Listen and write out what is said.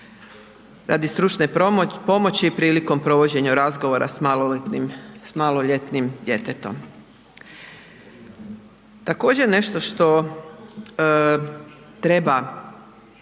radi stručne pomoći prilikom provođenja razgovora s maloljetnim djetetom. Također, nešto što treba